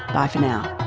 bye for now